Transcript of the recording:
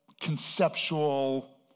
conceptual